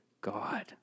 God